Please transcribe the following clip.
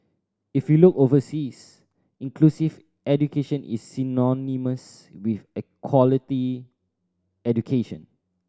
if you look overseas inclusive education is synonymous with equality education